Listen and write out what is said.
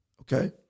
Okay